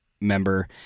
member